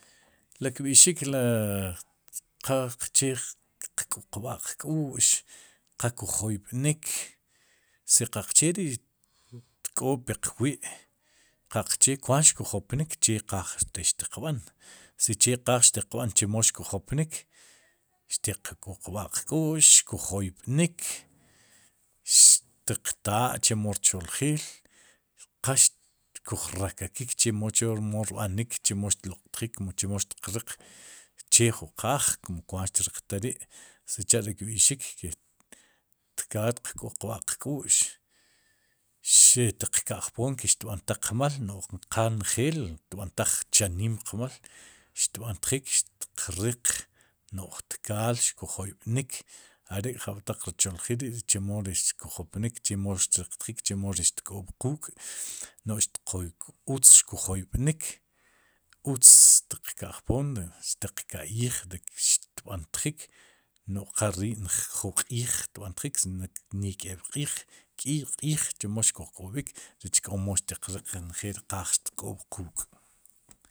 La kb'ixik la qaqche qk'uqb'a'qk'u'x qa kuj wi'tnik si qaqche ri'xtk'oob'piq wi' qaqche kwaant kuj jopnik che qaaj tiq b'an, si che qaaj xtiqb'an chemo xkoj jopnik xtiq kúqb'a'qk'u'x kuj joyb'nik, xtiq taa chemo rcholjil. qa xkuj rajakik, chemo rb'anik, chemo xtloq'tjik, mu chemo xtiq riq, che jun qaaj, kwaat xtriq taaj ri', sicha'ri kb'ixik, tkaal xtiq k'uqb'a'qk'u'x xe'tiq k'aj poom kix xtb'antaj qmal, qa njeel tb'antaj chaniim qmal xtb'antjik xtiq riik, no'j tkaal xkuj joib'nik are'k'jab'taq rchooljil ri' rech chomo rech chemo ri xkuj jopnik chimo xtriqtjik, chimo ri xtk'oob'quuk', no'j qoy utz xkuj joyb'nik, utz tiqka'jpoom, ri xtiq ka'yij, ri xtb'antjik, no qa ri jun q'iij tb'antjin ni k'eeb'q'iij, k'iy q'iij chemo xkuj k'ob'ik rech k'omo xtiq riq njeel ri qaaj xtk'oob'quuk'.